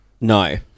No